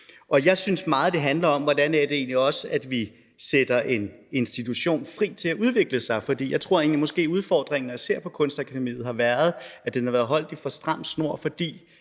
Jeg synes også meget, det handler om, hvordan det egentlig er, at vi sætter en institution fri til at udvikle sig. For jeg tror måske, udfordringen, når jeg ser på Kunstakademiet, har været, at den har været holdt i for stram snor, fordi